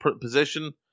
position